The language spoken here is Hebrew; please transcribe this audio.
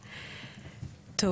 משם.